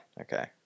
okay